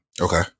Okay